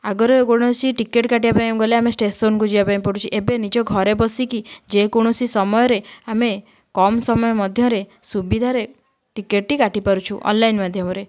ଆଗରେ କୌଣସି ଟିକେଟ୍ କାଟିବା ପାଇଁ ଗଲେ ଆମେ ଷ୍ଟେସନକୁ ଯିବା ପାଇଁ ପଡ଼ୁଛି ଏବେ ନିଜ ଘରେ ବସିକି ଯେକୌଣସି ସମୟରେ ଆମେ କମ୍ ସମୟ ମଧ୍ୟରେ ସୁବିଧାରେ ଟିକେଟ୍ଟି କାଟିପାରୁଛୁ ଅନଲାଇନ୍ ମାଧ୍ୟମରେ